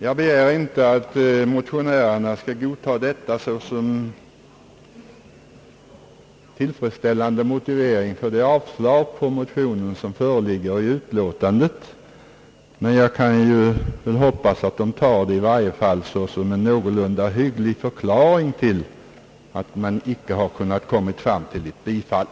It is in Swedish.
Jag begär inte att motionärerna skall godtaga detta såsom en tillfredsställande motivering för det yrkande om av slag på motionen, som föreligger i utlåtandet, men jag hoppas att de i varje fall tar det som en någorlunda hygglig förklaring till att man inte har kunnat komma fram till ett bifall.